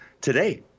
today